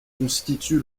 constitue